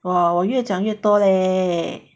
!wah! 我越讲越多 leh